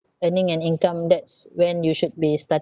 earning an income that's when you should be starting